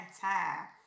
time